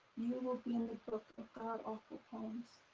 you will be in the book of god awful poems.